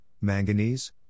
manganese